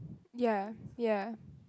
ya ya